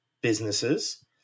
businesses